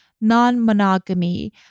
non-monogamy